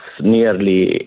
nearly